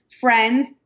Friends